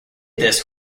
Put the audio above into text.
this